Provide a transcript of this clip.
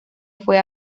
fue